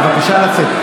בבקשה לצאת.